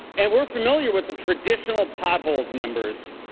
and we are familiar with the traditional potholes members.